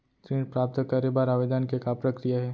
ऋण प्राप्त करे बर आवेदन के का प्रक्रिया हे?